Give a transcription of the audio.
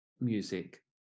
music